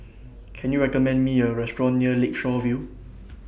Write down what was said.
Can YOU recommend Me A Restaurant near Lakeshore View